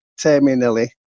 terminally